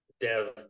dev